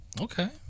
Okay